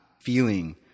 feeling